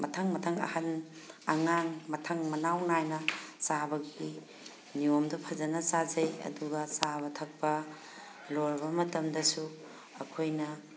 ꯃꯊꯪ ꯃꯊꯪ ꯑꯍꯜ ꯑꯉꯥꯡ ꯃꯊꯪ ꯃꯅꯥꯎ ꯅꯥꯏꯅ ꯆꯥꯕꯒꯤ ꯅꯤꯌꯣꯝꯗꯣ ꯐꯖꯅ ꯆꯥꯖꯩ ꯑꯗꯨꯒ ꯆꯥꯕ ꯊꯛꯄ ꯂꯣꯏꯔꯕ ꯃꯇꯝꯗꯁꯨ ꯑꯩꯈꯣꯏꯅ